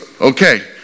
okay